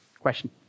question